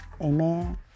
Amen